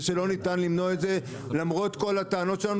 ושלא ניתן למנוע את זה למרות כל הטענות שלנו